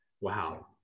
wow